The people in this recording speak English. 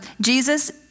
Jesus